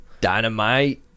Dynamite